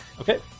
Okay